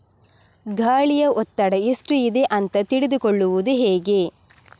ಗಾಳಿಯ ಒತ್ತಡ ಎಷ್ಟು ಇದೆ ಅಂತ ತಿಳಿದುಕೊಳ್ಳುವುದು ಹೇಗೆ?